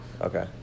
Okay